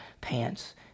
pants